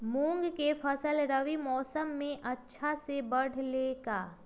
मूंग के फसल रबी मौसम में अच्छा से बढ़ ले का?